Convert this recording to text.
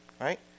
right